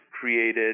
created